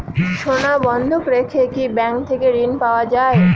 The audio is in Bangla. সোনা বন্ধক রেখে কি ব্যাংক থেকে ঋণ পাওয়া য়ায়?